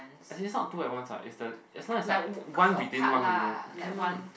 as it not too advance lah is the as long as like one within one window can lah